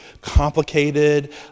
complicated